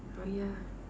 oh yeah